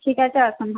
ঠিক আছে আসুন